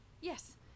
Yes